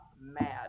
mad